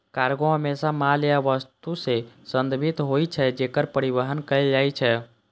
cargo हमेशा माल या वस्तु सं संदर्भित होइ छै, जेकर परिवहन कैल जाइ छै